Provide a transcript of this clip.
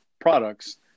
products